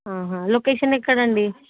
location ఎక్కడ అండి